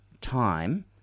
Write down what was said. time